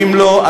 ואם לא,